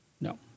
No